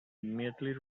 immediately